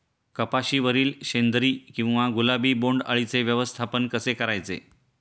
कपाशिवरील शेंदरी किंवा गुलाबी बोंडअळीचे व्यवस्थापन कसे करायचे?